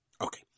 Okay